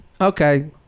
okay